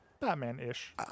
Batman-ish